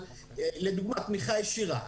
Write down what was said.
אבל לדוגמה תמיכה ישירה,